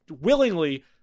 willingly